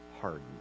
hardened